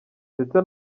ndetse